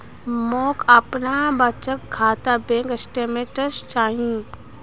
मोक अपनार बचत खातार बैंक स्टेटमेंट्स चाहिए